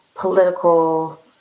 political